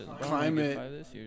climate